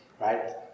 right